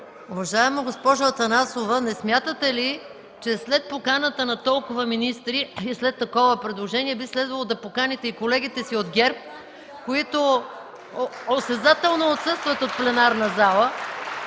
Уважаема госпожо Атанасова, не смятате ли, че след поканата на толкова министри и след такова предложение, би следвало да поканите и колегите си от ГЕРБ, които осезателно отсъстват от пленарната зала